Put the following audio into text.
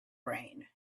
brain